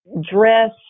dress